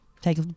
take